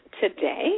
today